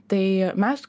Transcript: tai mes